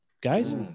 Guys